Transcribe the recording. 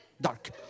Dark